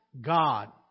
God